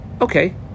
okay